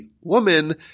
woman